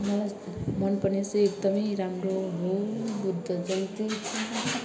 मलाई मनपर्ने चाहिँ एकदमै राम्रो हो बुद्ध जयन्ती